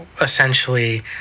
essentially